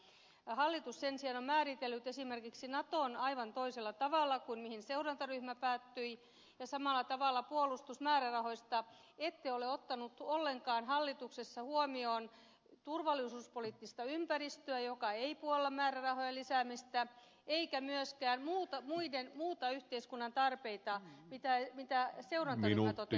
hallitus sen sijaan on määritellyt esimerkiksi naton aivan toisella tavalla kuin mihin seurantaryhmä päätyi ja samalla tavalla puolustusmäärärahoista ette ole ottaneet ollenkaan hallituksessa huomioon turvallisuuspoliittista ympäristöä joka ei puolla määrärahojen lisäämistä eikä myöskään muita yhteiskunnan tarpeita mitä seurantaryhmä totesi